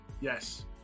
Yes